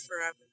forever